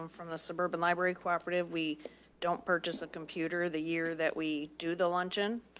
um from the suburban library cooperative. we don't purchase a computer the year that we do the luncheon.